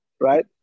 right